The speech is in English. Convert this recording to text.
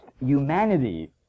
humanity